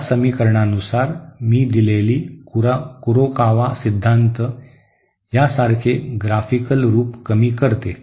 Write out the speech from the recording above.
या समीकरणानुसार मी दिलेली कुरोकावा सिद्धांत यासारखे ग्राफिकल रूप कमी करते